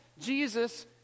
Jesus